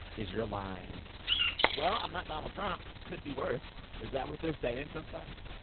is your line well, i'm not donald trump could be worse? is that what they're saying sometimes?